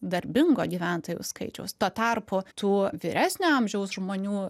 darbingo gyventojų skaičiaus tuo tarpu tų vyresnio amžiaus žmonių